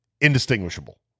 indistinguishable